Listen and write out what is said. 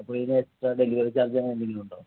അപ്പം ഇതിന് എത്ര ഡെലിവറി ചാർജ് അങ്ങനെ എന്തെങ്കിലും ഉണ്ടോ